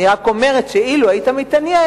אני רק אומרת שאילו היית מתעניין,